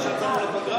לפני שיצאנו לפגרה?